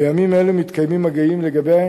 בימים אלה מתקיימים מגעים לגבי